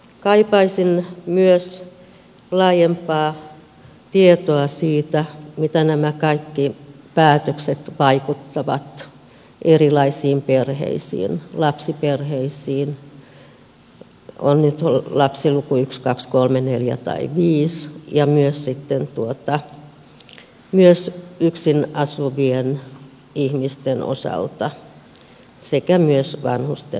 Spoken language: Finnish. kaipaisin myös laajempaa tietoa siitä miten nämä kaikki päätökset vaikuttavat erilaisiin perheisiin lapsiperheisiin on lapsiluku nyt yksi kaksi kolme neljä tai viisi ja myös sitten yksin asuviin ihmisiin sekä myös vanhuksiin